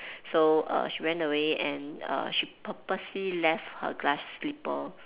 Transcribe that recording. so err she ran away and err she purposely left her glass slipper